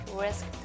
risk